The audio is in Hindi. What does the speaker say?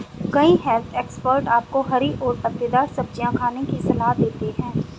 कई हेल्थ एक्सपर्ट आपको हरी और पत्तेदार सब्जियां खाने की सलाह देते हैं